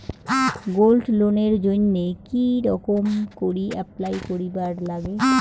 Gold লোনের জইন্যে কি রকম করি অ্যাপ্লাই করিবার লাগে?